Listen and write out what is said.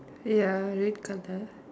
ya red colour